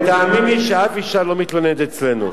ותאמין לי שאף אשה לא מתלוננת אצלנו.